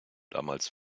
damals